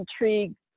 intrigued